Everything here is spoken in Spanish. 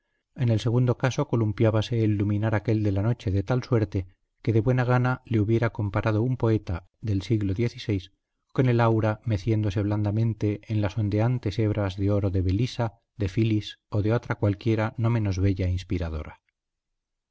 en el segundo caso columpiábase el luminar aquel de la noche de tal suerte que de buena gana le hubiera comparado un poeta del siglo xvi con el aura meciéndose blandamente en las ondeantes hebras de oro de belisa de filis o de otra cualquiera no menos bella inspiradora